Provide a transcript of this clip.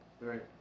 Right